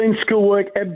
schoolwork